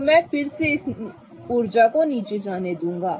तो मैं इसे फिर से ऊर्जा में नीचे जाने दूंगा